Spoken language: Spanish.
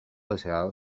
deseado